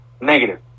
negative